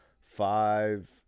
five